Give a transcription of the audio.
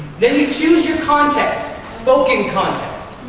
then you choose your contexts. spoken context,